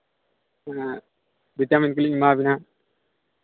ᱦᱮᱸ ᱵᱷᱤᱴᱟᱢᱤᱱ ᱠᱚᱞᱤᱧ ᱮᱢᱟ ᱵᱮᱱᱟ